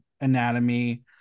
anatomy